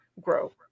grow